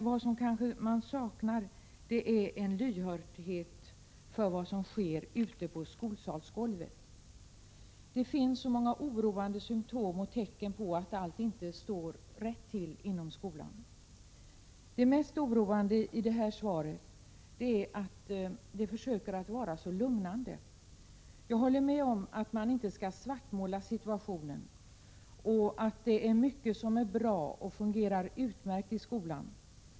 Vad man kanske saknar är lyhördhet för vad som sker ute på skolsalsgolvet. Det finns många oroande symtom och tecken på att allting inte står rätt till inom skolan. Det mest oroande med svaret är att statsrådet försöker vara så lugnande. Jag håller med om att man inte skall svartmåla situationen och att det är mycket som är bra och fungerar utmärkt i skolan.